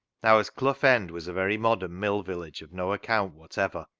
now, as clough end was a very modern mill village of no account whatever,